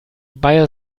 bei